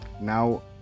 now